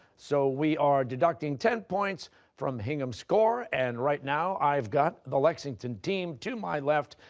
so we are deducting ten points from hingham's score. and right now, i've got the lexington team to my left,